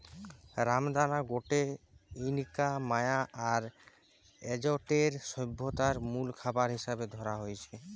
রামদানা গটে Inca, Maya আর অ্যাজটেক সভ্যতারে মুল খাবার হিসাবে ধরা হইত